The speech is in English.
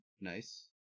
Nice